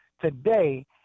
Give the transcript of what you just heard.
today